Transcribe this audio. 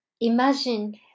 imagine